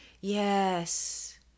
yes